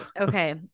okay